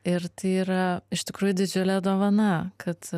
ir yra iš tikrųjų didžiulė dovana kad